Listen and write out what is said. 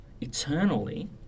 eternally